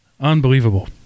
unbelievable